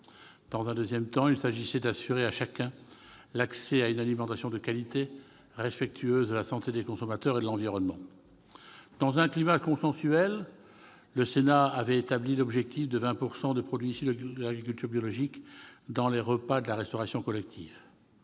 Dans un deuxième temps, il s'agissait d'assurer à chacun l'accès à une alimentation de qualité, respectueuse de la santé des consommateurs et de l'environnement. Dans un climat consensuel, le Sénat avait rétabli l'objectif de 20 % de produits issus de l'agriculture biologique dans les repas de la restauration collective.